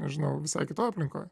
nežinau visai kitoj aplinkoj